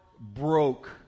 broke